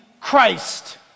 Christ